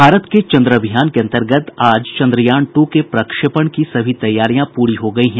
भारत के चंद्र अभियान के अंतर्गत आज चंद्रयान टू के प्रक्षेपण की सभी तैयारियां पूरी हो गई हैं